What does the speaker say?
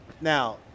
now